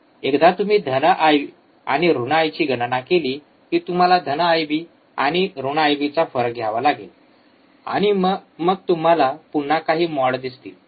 एकदा तुम्ही धन आय I ऋण आय ची गणना केली की तुम्हाला धन आयबी IB आणि ऋण आयबी चा फरक घ्यावा लागेल आणि मग तुम्हाला पुन्हा काही मॉड दिसतील